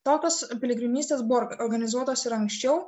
tokios piligrimystės buvo organizuotos ir anksčiau